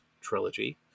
trilogy